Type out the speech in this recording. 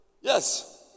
Yes